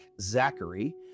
Zachary